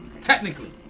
Technically